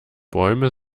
bäume